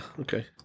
Okay